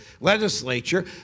legislature